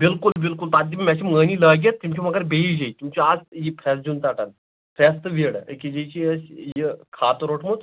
بِلکُل بِلکُل پتہٕ دِمہٕ مےٚ چھِ مۅہنی لٲگِتھ تِم چھِ مگر بیٚیِس جایہِ تِم چھِ اَز یہِ پھرٛیٚس زِیُن ژٹن پھرٛیٚس تہٕ وِڈٕ أکِس جایہِ چھِ اسہِ یہِ خاتہٕ روٚٹمُت